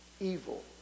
evil